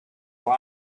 for